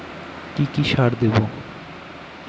কি কি সার দেবো?